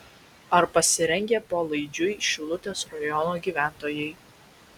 ar pasirengę polaidžiui šilutės rajono gyventojai